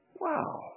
wow